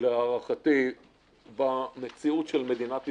להערכתי במציאות של מדינת ישראל,